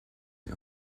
sie